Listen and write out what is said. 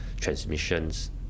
transmissions